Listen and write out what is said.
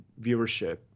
viewership